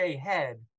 head